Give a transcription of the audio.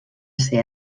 ser